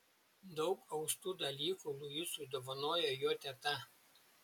daug austų dalykų luisui dovanojo jo teta